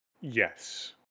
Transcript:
yes